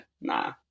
Nah